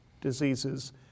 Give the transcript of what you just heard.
diseases